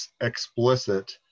explicit